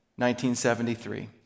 1973